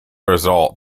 result